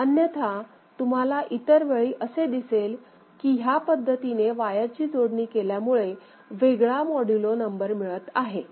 अन्यथा तुम्हाला इतरवेळी असे दिसेल की ह्या पद्धतीने वायरची जोडणी केल्यामुळे वेगळा मॉड्यूलो नंबर मिळत आहे